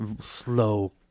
slow